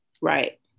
Right